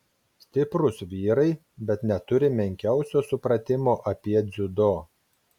stiprūs vyrai bet neturi menkiausio supratimo apie dziudo